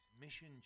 Mission